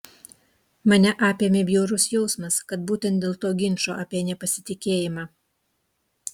mane apėmė bjaurus jausmas kad būtent dėl to ginčo apie nepasitikėjimą